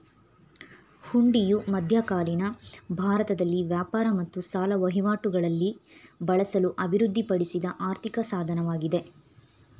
ಹುಂಡಿಯು ಮಧ್ಯಕಾಲೀನ ಭಾರತದಲ್ಲಿ ವ್ಯಾಪಾರ ಮತ್ತು ಸಾಲ ವಹಿವಾಟುಗಳಲ್ಲಿ ಬಳಸಲು ಅಭಿವೃದ್ಧಿಪಡಿಸಿದ ಆರ್ಥಿಕ ಸಾಧನವಾಗಿದೆ